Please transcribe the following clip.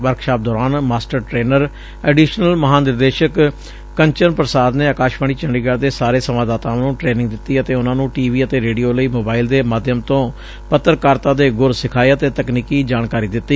workshop ਦੌਰਾਨ master trainer additional ਮਹਾਂਨਿਰਦੇਸ਼ਕ ਕੰਚਨ ਪ੍ਸਾਦ ਨੇ ਅਕਾਸ਼ਵਾਣੀ ਚੰਡੀਗਤੁ ਦੇ ਸਾਰੇ ਸੰਵਾਦਦਾਤਾਵਾਂ ਨੂੰ ਟ੍ੇਨਿੰਗ ਦਿੱਤੀ ਅਤੇ ਉਨੂਾਂ ਨੂੰ ਟੀ ਵੀ ਅਤੇ ਰੇਡੀਓ ਲਈ ਮੋਬਾਈਲ ਦੇ ਮਾਧਿੱਅਮ ਤੋਂ ਪੱਤਰਕਾਰਤਾ ਦੇ ਗੁਰ ਸਿਖਾਏ ਅਤੇ ਤਕਨੀਕੀ ਜਾਣਕਾਰੀ ਦਿੱਤੀ